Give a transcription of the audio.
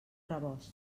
rebost